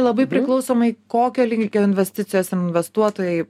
labai priklausomai kokio lygio investicijos investuotojai